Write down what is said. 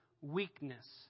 weakness